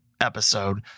episode